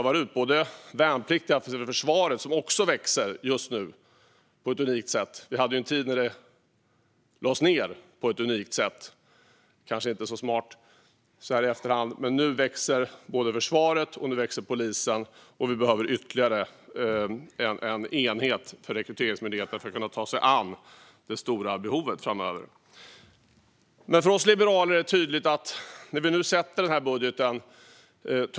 Vi hade ju en tid när det lades ned på ett unikt sätt, vilket kanske sett i efterhand inte var så smart. Men nu växer både försvaret och polisen. Jag tror att vi behöver ytterligare en enhet vid Rekryteringsmyndigheten, där man också prövar ut värnpliktiga till försvaret, så att man kan ta sig an det stora behovet framöver. Nu sätter vi den här budgeten.